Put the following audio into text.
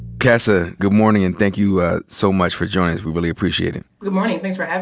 cassia, ah good morning, and thank you ah so much for joining us. we really appreciate it. good morning. thanks for having